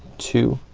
two,